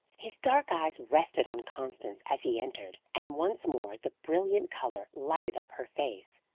his dark eyes rested on constance as he entered, and once more the brilliant colour lighted up her face.